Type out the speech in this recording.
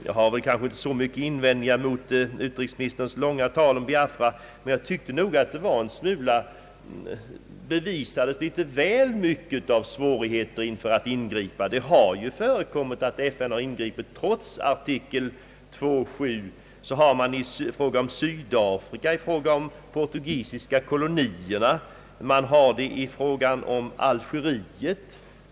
Jag har inte så många invändningar mot utrikesministerns långa tal om Biafra, men jag tycker att det har bevisats väl många svårigheter att ingripa. Det har ju förekommit att FN ingripit i så dana fall. Trots artikel 2: 7 har man ingripit i fråga om Sydafrika, de portugisiska kolonierna och Algeriet.